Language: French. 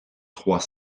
trois